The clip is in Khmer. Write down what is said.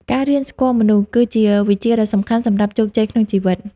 ការរៀនស្គាល់មនុស្ស គឺជាវិជ្ជាដ៏សំខាន់សម្រាប់ជោគជ័យក្នុងជីវិត។